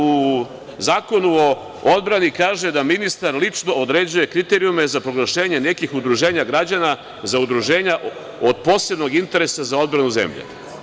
U Zakonu o odbrani kaže da ministar lično određuje kriterijume za proglašenje nekih udruženja građana za udruženja od posebnog interesa za odbranu zemlje.